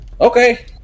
Okay